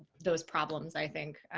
those problems, i think,